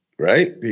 Right